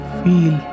feel